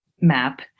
map